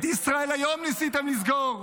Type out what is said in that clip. את ישראל היום ניסיתם לסגור.